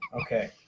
Okay